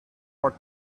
for